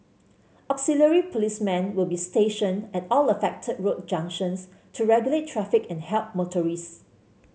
auxiliary policemen will be stationed at all affected road junctions to regulate traffic and help motorists